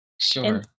Sure